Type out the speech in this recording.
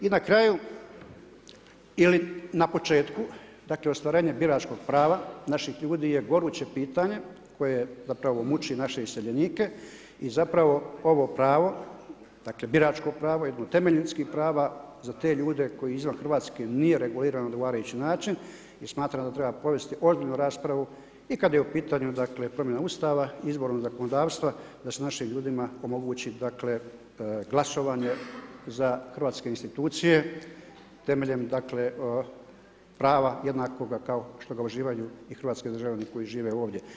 I na kraju, ili na početku, dakle, ostvarenje biračkog prava, naših ljudi je goruće pitanje, koje zapravo muči naše iseljenike i zapravo ovo pravo, dakle, biračko pravo, jedno od temeljnih ljudskih prava, za te ljude koji izvan Hrvatske, nije regulirano na odgovarajući način, jer smatram da treba povesti ozbiljnu raspravu i kada je u pitanju i promjena Ustava, izborom zakonodavstva, da se našim ljudima omogući glasovanje za hrvatske institucije temeljem dakle, prava jednakoga kao što ga uživaju i hrvatski državljani koji žive ovdje.